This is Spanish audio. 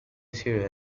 sirve